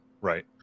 right